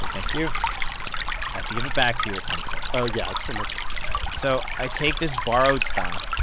and thank you. i have to give it back to you at some point oh, yeah. it's for my kids all right. so i take this borrowed stock,